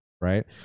right